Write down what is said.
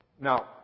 Now